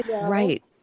right